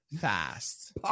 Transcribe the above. Fast